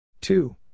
Two